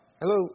Hello